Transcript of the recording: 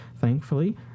thankfully